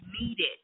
needed